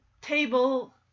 table